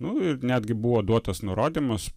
nu ir netgi buvo duotas nurodymas